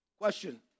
Question